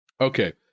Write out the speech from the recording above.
okay